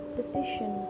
decision